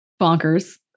bonkers